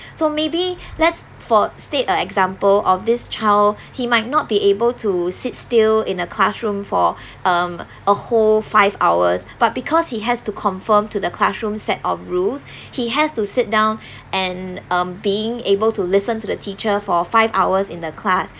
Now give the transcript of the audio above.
so maybe let's for state a example of this child he might not be able to sit still in a classroom for um a whole five hours but because he has to confirm to the classroom set of rules he has to sit down and um being able to listen to the teacher for five hours in the class